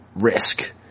risk